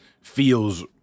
feels